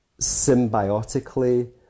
symbiotically